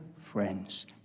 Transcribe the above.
friends